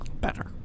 better